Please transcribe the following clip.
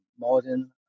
modern